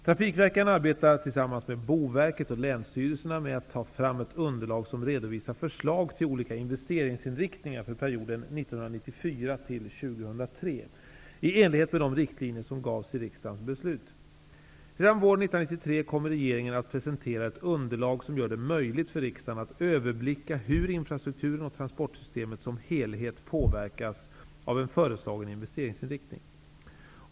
Trafikverken arbetar tillsammans med Boverket och Länsstyrelserna med att ta fram ett underlag som redovisar förslag till olika investeringsinriktningar för perioden 1994--2003 i enlighet med de riktlinjer som gavs i riksdagens beslut. Redan våren 1993 kommer regeringen att presentera ett underlag som gör det möjligt för riksdagen att överblicka hur infrastrukturen och transportsystemet som helhet påverkas av en föreslagen investeringsinriktning.